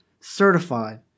certified